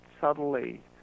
subtly